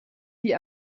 die